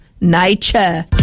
Nature